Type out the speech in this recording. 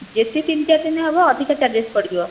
ଯଦି ତିନି ଚାରି ଦିନରେ ହବ ଅଧିକା ଚାର୍ଜଜେସ୍ ପଡ଼ିଯିବ